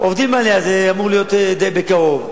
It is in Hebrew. עובדים עליה, זה אמור להיות די בקרוב.